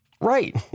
Right